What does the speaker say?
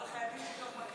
אבל חייבים לבדוק מה קרה.